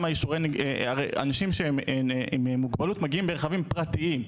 הרי אנשים שהם עם מוגבלות מגיעים ברכבים פרטיים.